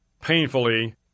painfully